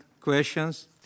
questions